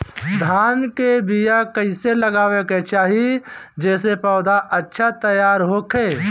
धान के बीया कइसे लगावे के चाही जेसे पौधा अच्छा तैयार होखे?